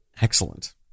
Excellent